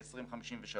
ל-2053,